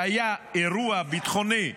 שהיה אירוע ביטחוני,